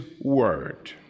word